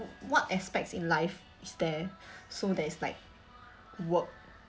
what aspects in life is there so there's like work